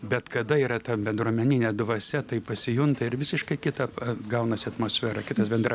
bet kada yra ta bendruomeninė dvasia tai pasijunta ir visiškai kita gaunasi atmosfera kitas bendra